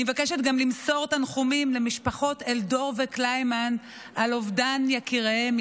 אני מבקשת גם למסור תנחומים למשחות אלדור וקליינמן על אובדן יקיריהן.